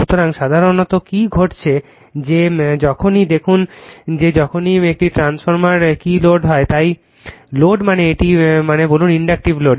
সুতরাং সাধারণত কি ঘটেছে যে যখনই দেখুন যে যখনই একটি ট্রান্সফরমার কি কল লোড হয় তাই লোড মানে এটি লোড মানে বলুন ইন্ডাকটিভ লোড